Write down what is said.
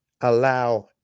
allow